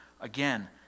again